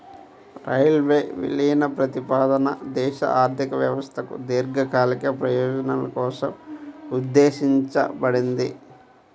railway విలీన ప్రతిపాదన దేశ ఆర్థిక వ్యవస్థకు దీర్ఘకాలిక ప్రయోజనాల కోసం ఉద్దేశించబడింది